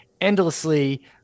endlessly